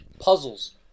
Puzzles